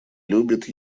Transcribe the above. любит